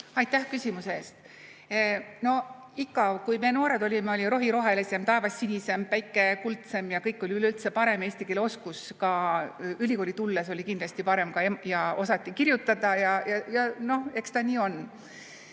Aitäh küsimuse eest! No ikka, kui meie noored olime, oli rohi rohelisem, taevas sinisem, päike kuldsem ja kõik oli üleüldse parem. Eesti keele oskus ka ülikooli tulles oli kindlasti parem ja osati kirjutada. Noh, eks ta nii on.